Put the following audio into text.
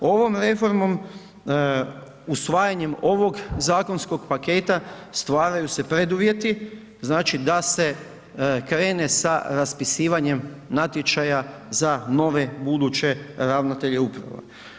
Ovom reformom, usvajanjem ovog zakonskog paketa stvaraju se preduvjeti, znači da se krene sa raspisivanjem natječaja za nove buduće ravnatelje uprava.